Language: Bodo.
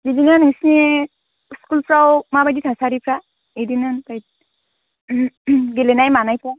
बिदिनो नोंसिनि स्कुलफ्राव माबादि थासारिफ्रा बिदिनो लाइक गेलेनाय मानायफ्रा